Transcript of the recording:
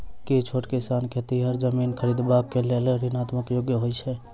की छोट किसान खेतिहर जमीन खरिदबाक लेल ऋणक योग्य होइ छै?